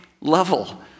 level